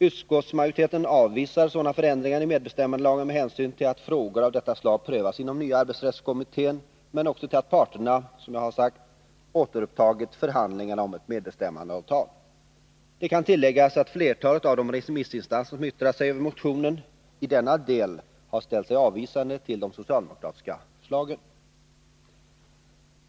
Utskottsmajoriteten avvisar sådana förändringar i medbestämmandelagen med hänsyn till att frågor av detta slag prövas inom nya arbetsrättskommittén men också till att parterna, som nyss har sagts, har återupptagit förhandlingarna om ett medbestämmandeavtal. Det kan tilläggas att flertalet av de remissinstanser som har yttrat sig över motionen i denna del har ställt sig avvisande till de socialdemokratiska förslagen.